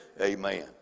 amen